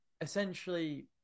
essentially